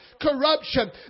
corruption